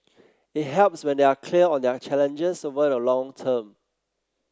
it helps when they are clear on their challenges over the long term